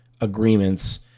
agreements